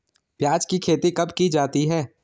प्याज़ की खेती कब की जाती है?